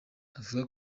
avuga